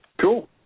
Cool